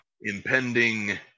impending